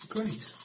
Great